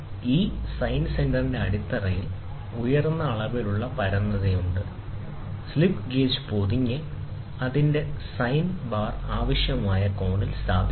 ഈ സൈൻ സെന്ററിന്റെ അടിത്തറയിൽ ഉയർന്ന അളവിലുള്ള പരന്നതയുണ്ട് സ്ലിപ്പ് ഗേജ് പൊതിഞ്ഞ് അതിന്റെ സെറ്റിൽ സൈൻ ബാർ ആവശ്യമായ കോണിൽ സ്ഥാപിക്കുന്നു